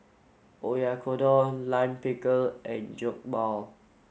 Oyakodon Lime Pickle and Jokbal